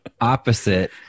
opposite